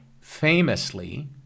famously